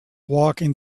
walking